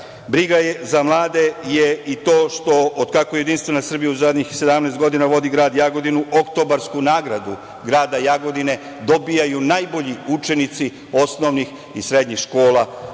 za mlade je i to što od kako JS zadnjih 17 godina vodi grad Jagodinu, oktobarsku nagradu grada Jagodine dobijaju najbolji učenici osnovnih i srednjih škola